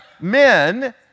men